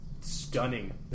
stunning